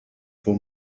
vor